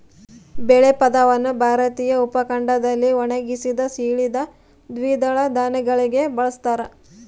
ಬೇಳೆ ಪದವನ್ನು ಭಾರತೀಯ ಉಪಖಂಡದಲ್ಲಿ ಒಣಗಿಸಿದ, ಸೀಳಿದ ದ್ವಿದಳ ಧಾನ್ಯಗಳಿಗೆ ಬಳಸ್ತಾರ